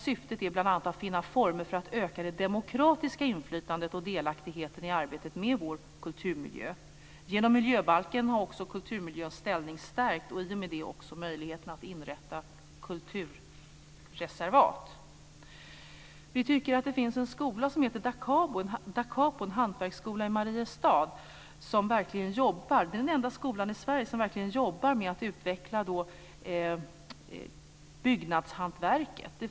Syftet är bl.a. att finna former för att öka det demokratiska inflytandet och delaktigheten i arbetet med vår kulturmiljö. Genom miljöbalken har också kulturmiljöns ställning stärkts, och i och med det också möjligheterna att inrätta kulturreservat. Det finns en hantverksskola i Mariestad som heter Dacapo, och det är den enda skolan i Sverige som verkligen jobbar med att utveckla byggnadshantverket.